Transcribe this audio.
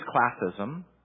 classism